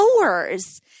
hours